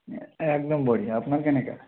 একদম বঢ়িয়া আপোনাৰ কেনেকা